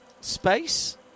space